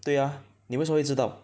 对 ah 你为什么会知道